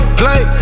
play